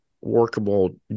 workable